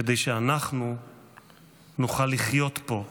כדי שאנחנו נוכל לחיות פה יחד.